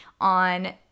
on